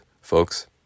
Folks